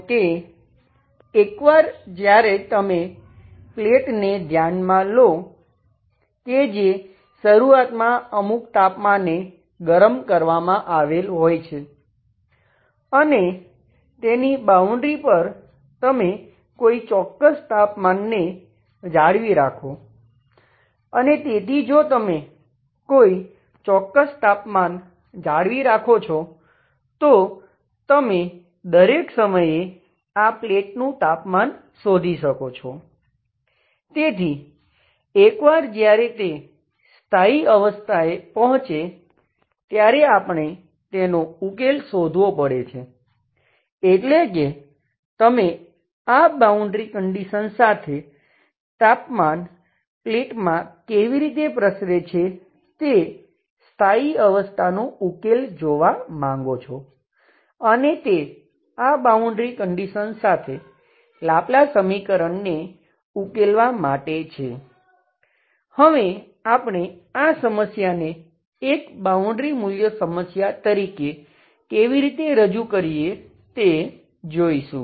તેથી એકવાર જયારે તે સ્થાયી અવસ્થા એ પહોંચે ત્યારે આપણે તેનો ઉકેલ શોધવો પડે છે એટલે કે તમે આ બાઉન્ડ્રી કંડિશન તરીકે કેવી રીતે રજૂ કરીએ તે જોઈશું